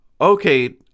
Okay